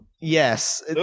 Yes